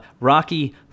Rocky